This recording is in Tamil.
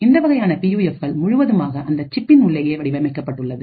இந்த வகையான பியூஎஃப்கள் முழுவதுமாக அந்த சிப்பின் உள்ளேயே வடிவமைக்கப்பட்டுள்ளது